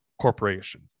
corporation